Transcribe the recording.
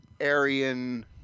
Aryan